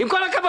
עם כל הכבוד,